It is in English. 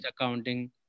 accounting